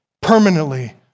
permanently